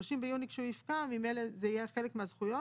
ב-30 ביוני כשהוא יפקע ממילא זה יהיה חלק מהזכויות